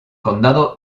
condado